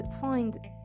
find